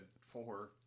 four